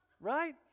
right